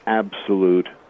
absolute